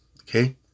Okay